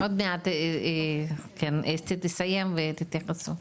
עוד מעט אסתי תסיים ואתן לך בסוף.